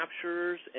captures